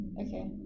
Okay